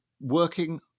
working